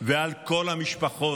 ועל כל המשפחות